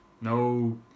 no